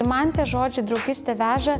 man tie žodžiai draugystė veža